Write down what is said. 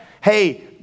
hey